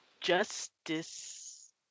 justice